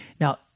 Now